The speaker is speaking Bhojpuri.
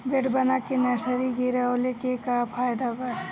बेड बना के नर्सरी गिरवले के का फायदा बा?